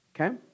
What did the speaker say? Okay